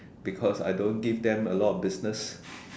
because I don't give them a lot of business